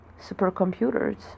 supercomputers